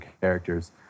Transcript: characters